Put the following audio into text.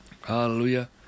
Hallelujah